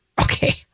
okay